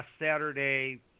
Saturday